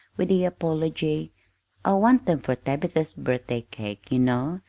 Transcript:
with the apology i want them for tabitha's birthday cake, you know.